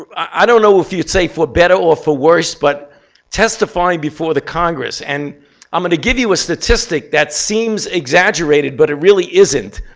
ah i don't know if you'd say for better or for worse, but testifying before the congress. and i'm going to give you a statistic that seems exaggerated, but it really isn't.